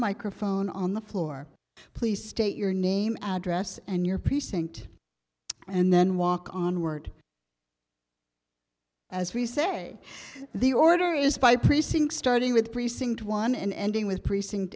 microphone on the floor please state your name address and your precinct and then walk onward as we say the order is by precinct starting with precinct one and ending with precinct